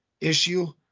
issue